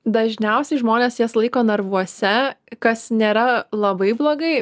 dažniausiai žmonės jas laiko narvuose kas nėra labai blogai